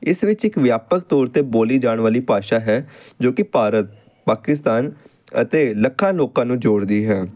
ਇਸ ਵਿੱਚ ਇੱਕ ਵਿਆਪਕ ਤੌਰ 'ਤੇ ਬੋਲੀ ਜਾਣ ਵਾਲੀ ਭਾਸ਼ਾ ਹੈ ਜੋ ਕਿ ਭਾਰਤ ਪਾਕਿਸਤਾਨ ਅਤੇ ਲੱਖਾਂ ਲੋਕਾਂ ਨੂੰ ਜੋੜਦੀ ਹੈ